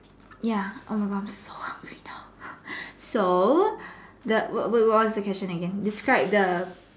ya oh my God I'm so hungry now so the wait what what what's the question again describe the